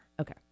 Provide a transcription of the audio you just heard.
Okay